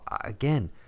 again